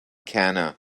cana